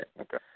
Okay